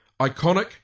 iconic